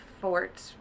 Fort